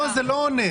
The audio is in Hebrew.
לא, זה לא עונה.